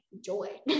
joy